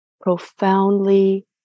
profoundly